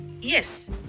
Yes